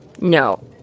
No